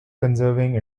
conserving